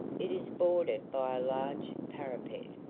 it is bordered by a large parapet,